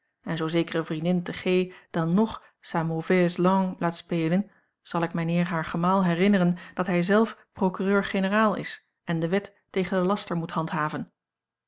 en zoo zekere vriendin te g dan ng sa mauvaise langue laat spelen zal ik mijnheer haar gemaal herinneren dat hij zelf procureur-generaal is en de wet tegen den laster moet handhaven